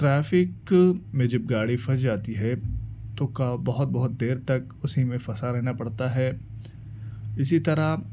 traffic میں جب گاڑی پھنس جاتی ہے تو کا بہت بہت دیر تک اسی میں پھنسا رہنا پڑتا ہے اسی طرح